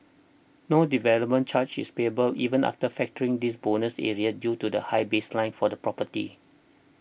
no development charge is payable even after factoring this bonus area due to the high baseline for the property